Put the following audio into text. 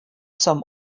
some